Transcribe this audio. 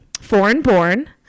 foreign-born